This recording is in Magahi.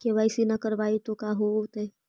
के.वाई.सी न करवाई तो का हाओतै?